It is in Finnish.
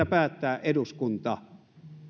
päättää eduskunta